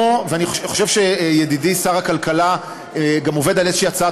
ואני חושב שידידי שר הכלכלה גם עובד על איזושהי הצעת